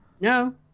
No